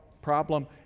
problem